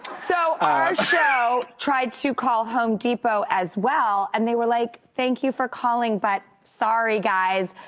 so our show tried to call home depot as well, and they were like, thank you for calling, but sorry guys.